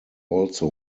also